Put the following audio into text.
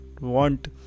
want